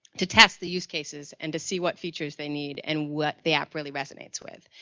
to test the use-cases and to see what features they need and what the app really resonates with.